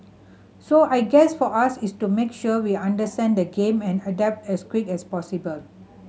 so I guess for us is to make sure we understand the game and adapt as quick as possible